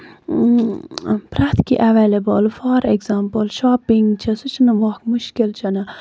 اۭں پرٮ۪تھ کیٚنٛہہ available for example shopping چھِ سُہ چھُنہٕ ووٚں مُشکِل چھُنہٕ